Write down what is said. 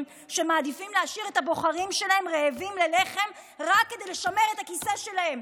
שמעדיפים להשאיר את הבוחרים שלהם רעבים ללחם רק כדי לשמר את הכיסא שלהם.